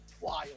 wild